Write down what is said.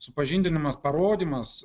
supažindinimas parodymas